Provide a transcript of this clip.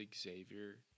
Xavier